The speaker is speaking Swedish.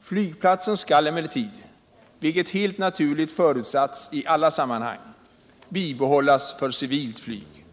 Flygplatsen skall emellertid — vilket helt naturligt förutsatts i alla sammanhang — bibehållas för civilt flyg.